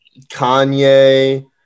Kanye